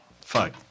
Fuck